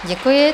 Děkuji.